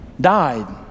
died